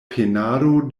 penado